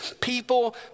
People